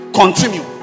continue